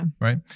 right